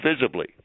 visibly